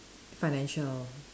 financial